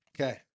Okay